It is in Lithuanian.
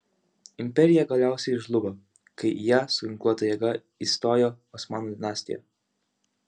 imperija galiausiai žlugo kai į ją su ginkluota jėga įstojo osmanų dinastija